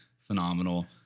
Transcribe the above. phenomenal